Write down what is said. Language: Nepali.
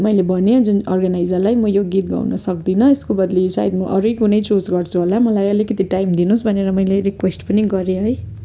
मैले भने जुन अर्गनाइजरलाई म यो गीत गाउन सक्दिनँ यसको बद्ली सायद म अरू कुनै चुज गर्छु होला मलाई अलिकति टाइम दिनुहोस् भनेर मैले रिकुवेस्ट पनि गरेँहै